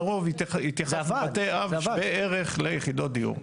לרוב התייחס לבתי אב שווה ערך ליחידות דיור.